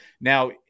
Now